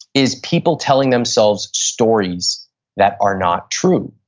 is people telling themselves stories that are not true.